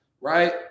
right